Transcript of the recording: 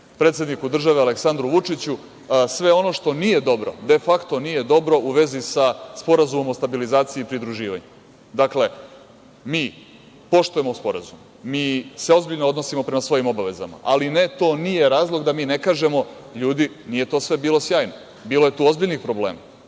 predsedniku države Aleksandru Vučiću, sve ono što nije dobro, „de fakto“ u vezi sa Sporazumom o stabilizaciji pridruživanja? Dakle, mi poštujemo Sporazum, mi se ozbiljno odnosimo prema svojim obavezama, ali ne, to nije razlog da mi ne kažemo – ljudi, nije to sve bilo sjajno, bilo je tu ozbiljnih problema.